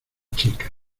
chica